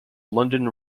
london